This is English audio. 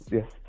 Yes